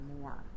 more